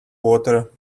water